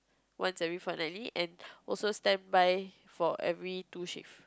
once every fortnightly and also standby for every two shift